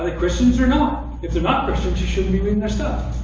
like christians, or not? if they're not christians, you shouldn't be reading their stuff.